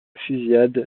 fusillade